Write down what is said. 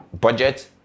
budget